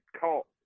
caught